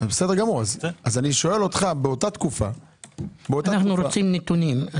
אני שואל- -- אנו רוצים נתונים.